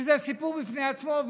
שזה סיפור בפני עצמו,